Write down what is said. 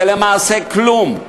זה למעשה כלום.